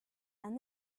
and